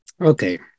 Okay